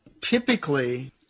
typically